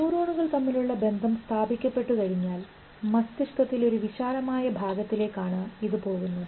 ന്യൂറോണുകൾ തമ്മിലുള്ള ബന്ധം സ്ഥാപിക്കപ്പെട്ടുകഴിഞ്ഞാൽ മസ്തിഷ്കത്തിലെ ഒരു വിശാലമായ ഭാഗത്തിലേക്ക് ആണ് പോകുന്നത്